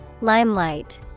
Limelight